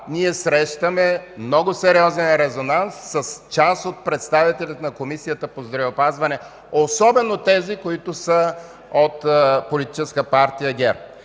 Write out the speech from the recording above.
това срещаме много сериозен резонанс с част от представителите в Комисията по здравеопазване, особено тези от Политическа партия ГЕРБ.